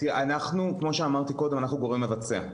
כמו שאמרתי קודם, אנחנו גורם מבצע.